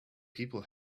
people